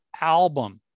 album